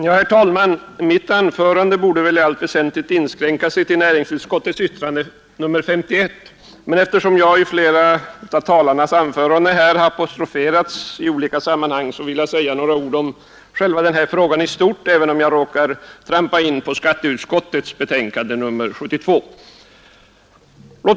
Herr talman! Mitt anförande borde väl i allt väsentligt inskränka sig till att gälla näringsutskottets betänkande nr 51, men eftersom jag i flera anföranden har apostroferats i olika sammanhang vill jag säga några ord om denna fråga i stort, även om jag råkar komma in på skatteutskottets betänkande nr 72.